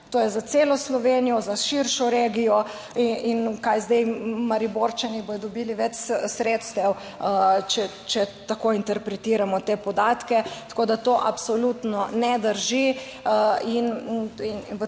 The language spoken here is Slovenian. to je za celo Slovenijo, za širšo regijo. In kaj zdaj, Mariborčani bodo dobili več sredstev, če tako interpretiramo te podatke, tako da to absolutno ne drži. In v